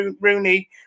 Rooney